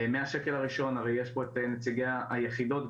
מהשקל הראשון הרי יש פה את נציגי היחידות,